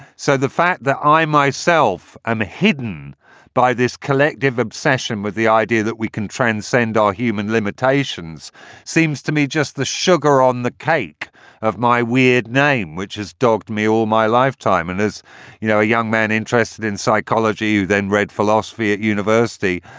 so the fact that i myself am hidden by this collective obsession. but the idea that we can transcend all human limitations seems to me just the sugar on the cake of my weird name, which has dogged me all my lifetime and as you know a young man interested in psychology, then read philosophy at university.